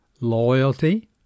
loyalty